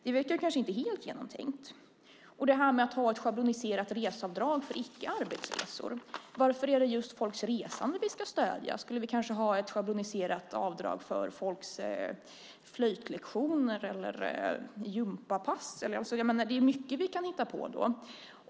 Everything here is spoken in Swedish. Det verkar kanske inte helt genomtänkt. Och när det gäller det här med att ha ett schabloniserat reseavdrag för icke-arbetsresor undrar jag: Varför är det just folks resande vi ska stödja? Skulle vi kanske ha ett schabloniserat avdrag för folks flöjtlektioner eller gympapass? Jag menar att det är mycket vi kan hitta på då.